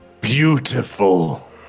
beautiful